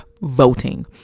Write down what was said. voting